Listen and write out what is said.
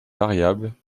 variable